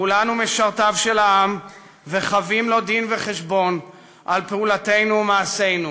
כולנו משרתיו של העם וחבים לו דין-וחשבון על פעולותינו ומעשינו,